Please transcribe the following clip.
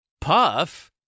Puff